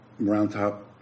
Roundtop